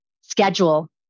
schedule